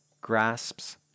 grasps